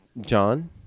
John